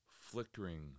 flickering